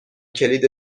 کلید